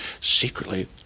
secretly